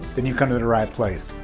then you've come to the right place.